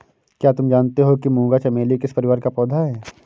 क्या तुम जानते हो कि मूंगा चमेली किस परिवार का पौधा है?